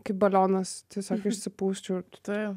kaip balionas tiesiog išsipūsčiau tai jau čia